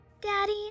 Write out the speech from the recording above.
Daddy